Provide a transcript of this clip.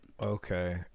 Okay